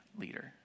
leader